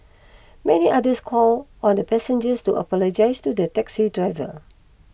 many others called on the passengers to apologise to the taxi driver